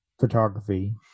photography